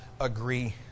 agree